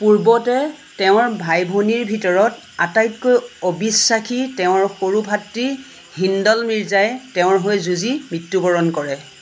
পূৰ্বতে তেওঁৰ ভাই ভনীৰ ভিতৰত আটাইতকৈ অবিশ্বাসী তেওঁৰ সৰু ভাতৃ হিন্দল মিৰ্জাই তেওঁৰ হৈ যুঁজি মৃত্যুবৰণ কৰে